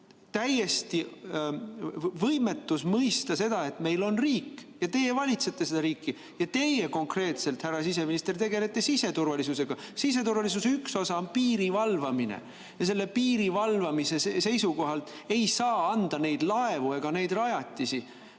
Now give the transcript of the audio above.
täielik võimetus mõista seda, et meil on riik ja teie valitsete seda riiki. Ja teie konkreetselt, härra siseminister, tegelete siseturvalisusega. Siseturvalisuse üks osa on piiri valvamine ja selle piiri valvamise seisukohalt ei saa anda neid laevu ega neid rajatisi